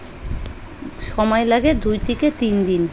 সময় লাগে দুই থেকে তিন দিন